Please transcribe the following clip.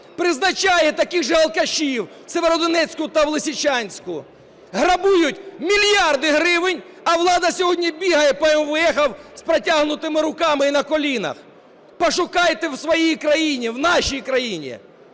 призначає таких же алкашів в Сєвєродонецьку та в Лисичанську, грабують мільярди гривень, а влада сьогодні бігає по емвеефах з протягнутими руками і на колінах. Пошукайте в своїй країні, в нашій країні,